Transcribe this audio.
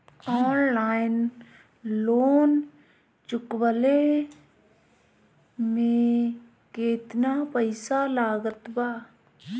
Online loan चुकवले मे केतना पईसा लागत बा?